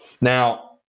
now